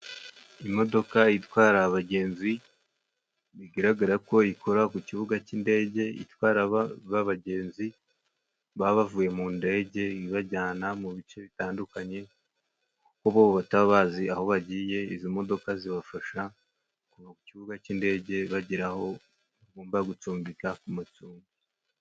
Imodoka itwara abagenzi bigaragara ko ikora ku kibuga cy'indege itwara'abagenzi babavuye mu ndege, ibajyana mu bice bitandukanye bo bataba bazi aho bagiye izi modoka, zibafasha kuva ku kibuga cy'indege bagera, aho bagomba gucumbika ku macumbi.